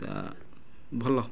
ତା ଭଲ